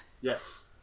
Yes